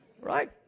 Right